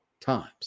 times